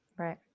Right